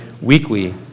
weekly